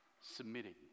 submitting